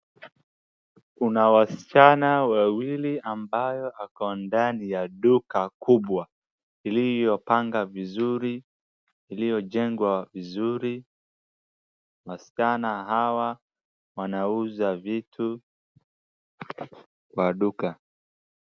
Kuna wasichana wawili ambao wako ndani ya duka kubwa ,iliyopanga vizuri, iliyojengwa vizuri .Wasichana hawa wanaunza vitu kwa duka.